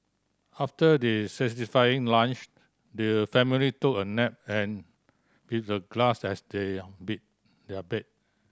after they satisfying lunch their family took a nap and with the grass as they their bed